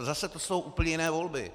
Zase to jsou úplně jiné volby.